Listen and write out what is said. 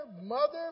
mother